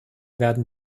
werden